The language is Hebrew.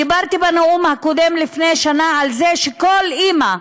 דיברתי בנאום הקודם, לפני שנה, על זה שכל אימא,